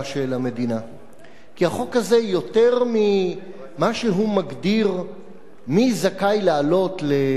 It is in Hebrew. כי החוק הזה יותר ממה שהוא מגדיר מי זכאי לעלות למדינת ישראל